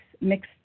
mixed